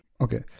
Okay